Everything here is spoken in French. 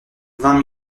vingt